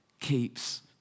keeps